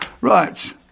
Right